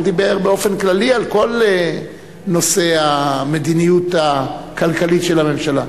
הוא דיבר באופן כללי על כל נושאי המדיניות הכלכלית של הממשלה.